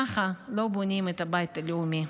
ככה לא בונים את הבית הלאומי.